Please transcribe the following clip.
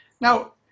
Now